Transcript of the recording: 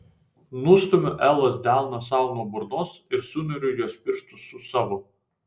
nustumiu elos delną sau nuo burnos ir suneriu jos pirštus su savo